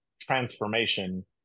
transformation